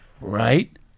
right